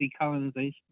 decolonization